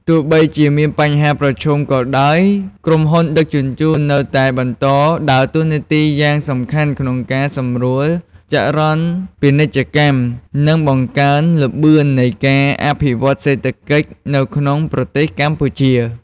ទោះបីជាមានបញ្ហាប្រឈមក៏ដោយ ក្រុមហ៊ុនដឹកជញ្ជូននៅតែបន្តដើរតួនាទីយ៉ាងសំខាន់ក្នុងការសម្រួលចរន្តពាណិជ្ជកម្ម និងបង្កើនល្បឿននៃការអភិវឌ្ឍន៍សេដ្ឋកិច្ចនៅក្នុងប្រទេសកម្ពុជា។